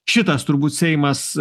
šitas turbūt seimas